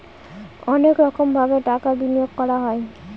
অনেক রকমভাবে টাকা বিনিয়োগ করা হয়